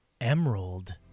emerald